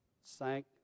sank